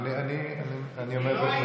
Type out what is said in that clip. אני אומר,